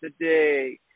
today